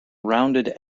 rounded